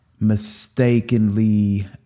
mistakenly